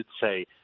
say